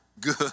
good